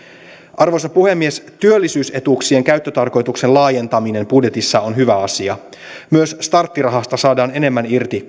arvoisa puhemies työllisyysetuuksien käyttötarkoituksen laajentaminen budjetissa on hyvä asia myös starttirahasta saadaan enemmän irti